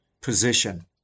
position